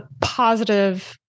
positive